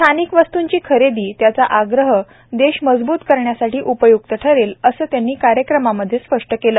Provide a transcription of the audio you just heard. स्थानिक वस्तूंची खरेदी त्यांचा आग्रह देश मजबूत करण्यासाठी उपय्क्त ठरेल असं त्यांनी या कार्यक्रमामधे स्पष्ट केलं